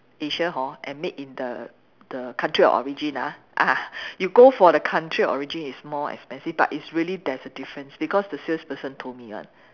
Asia hor and made in the the country of origin ah ah you go for the country of origin is more expensive but it's really there's a difference because the salesperson told me [one]